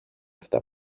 αυτά